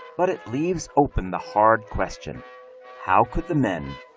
but it leaves open the hard question how could the men,